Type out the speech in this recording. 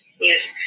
Yes